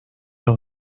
los